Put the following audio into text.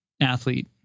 athlete